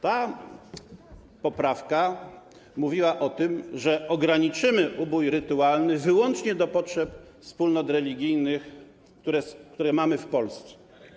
Ta poprawka mówiła o tym, że ograniczymy ubój rytualny wyłącznie do potrzeb wspólnot religijnych, które mamy w Polsce.